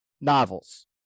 novels